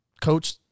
coach